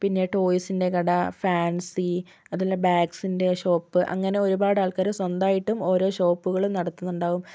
പിന്നെ ടോയ്സിൻ്റെ കട ഫാൻസി അതുപോലെ ബാഗ്സിൻ്റെ ഷോപ്പ് അങ്ങനെ ഒരുപാടാൾക്കാർ സ്വന്തായിട്ടും ഓരോ ഷോപ്പുകൾ നടത്തുന്നുണ്ടാകും